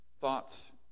thoughts